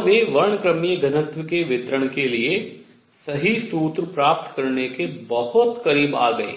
और वे वर्णक्रमीय घनत्व के वितरण के लिए सही सूत्र प्राप्त करने के बहुत करीब आ गए